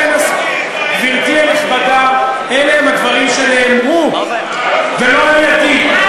גברתי הנכבדה, אלה הם הדברים שנאמרו, ולא על-ידִי,